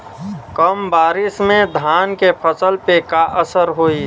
कम बारिश में धान के फसल पे का असर होई?